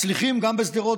מצליחים גם בשדרות,